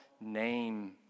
name